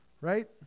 right